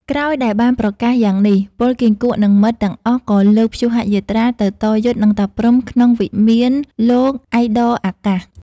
ក្រោយដែលបានប្រកាសយ៉ាងនេះ ពលគីង្គក់និងមិត្ត ទាំងអស់ក៏លើកព្យូហយាត្រាទៅតយុទ្ធនិងតាព្រហ្ម ក្នុងវិមានលោកព្ធដ៏អាកាស។